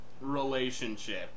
relationship